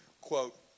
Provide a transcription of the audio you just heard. quote